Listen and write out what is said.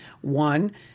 One